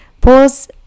Pause